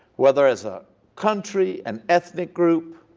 whether as a country, an ethnic group,